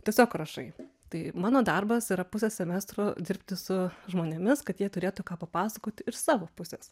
tiesiog rašai tai mano darbas yra pusę semestro dirbti su žmonėmis kad jie turėtų ką papasakoti ir savo pusės